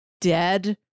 dead